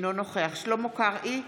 אינו נוכח שלמה קרעי,